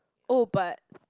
oh but